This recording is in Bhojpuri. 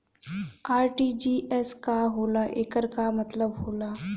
आर.टी.जी.एस का होला एकर का मतलब होला?